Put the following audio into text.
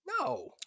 No